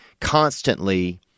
constantly